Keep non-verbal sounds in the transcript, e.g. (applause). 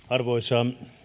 (unintelligible) arvoisa